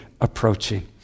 approaching